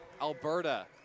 Alberta